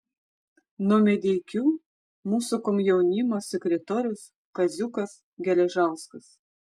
nuo medeikių mūsų komjaunimo sekretorius kaziukas geležauskas